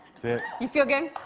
so you feel good?